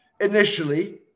Initially